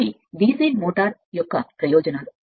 DC మోటారుకు ఇవి ప్రయోజనాలు